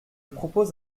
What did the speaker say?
propose